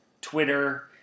Twitter